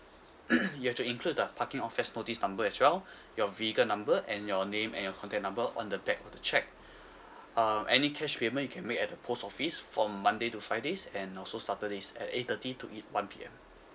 you have to include the parking offense notice number as well your vehicle number and your name and your contact number on the back of the cheque um any cash payment you can make at the post office from monday to fridays and also saturdays at eight thirty to it one P_M